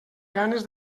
ganes